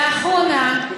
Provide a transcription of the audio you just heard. לאחרונה,